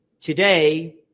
today